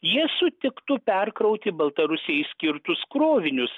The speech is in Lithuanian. jie sutiktų perkrauti baltarusijai skirtus krovinius